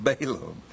Balaam